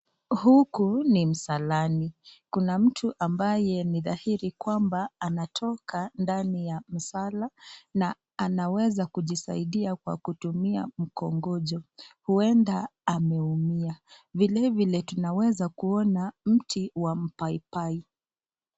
Huku ni msalani. Kuna mtu ambaye ni dhahiri kwamba anatoka ndani ya msala na anaweza kujisaidia kwa kutumia mkongojo. Huenda, ameumia. Vile vile tunaweza kuona mti wa mpaipai.